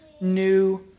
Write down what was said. new